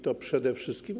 To przede wszystkim.